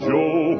Joe